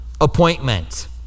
appointment